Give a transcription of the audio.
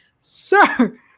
sir